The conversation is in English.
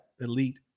elite